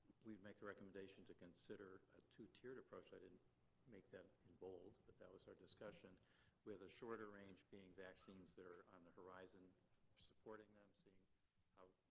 we would make a recommendation to consider a two-tiered approach. i didn't make that in bold, but that was our discussion with a shorter range being vaccines that are on the horizon supporting them, seeing how